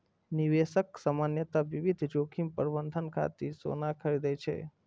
निवेशक सामान्यतः विविध जोखिम प्रबंधन खातिर सोना खरीदै छै